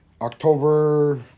October